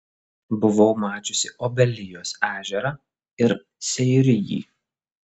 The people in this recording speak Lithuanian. buvau mačiusi obelijos ežerą ir seirijį